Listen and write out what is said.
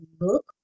look